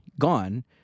gone